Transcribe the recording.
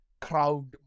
crowd